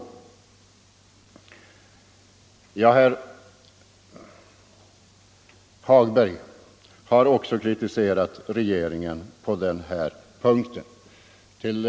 Sänkning av den Herr Hagberg i Borlänge har också kritiserat regeringen på den här allmänna pensionspunkten.